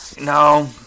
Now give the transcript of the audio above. no